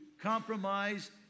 compromise